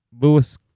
Lewis